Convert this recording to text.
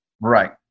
Right